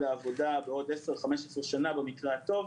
העבודה בעוד 15-10 שנה במקרה הטוב,